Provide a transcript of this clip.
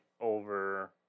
over